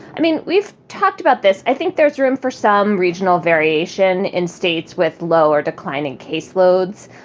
i mean, we've talked about this. i think there's room for some regional variation in states with low or declining case loads.